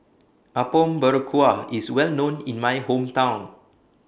Apom Berkuah IS Well known in My Hometown